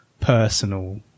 personal